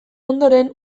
ondoren